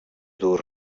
dur